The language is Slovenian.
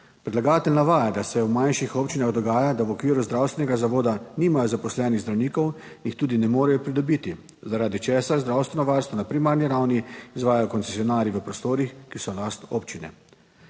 Predlagatelj navaja, da se v manjših občinah dogaja, da v okviru zdravstvenega zavoda nimajo zaposlenih zdravnikov in jih tudi ne morejo pridobiti, zaradi česar zdravstveno varstvo na primarni ravni izvajajo koncesionarji v prostorih, ki so last občine.